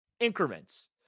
increments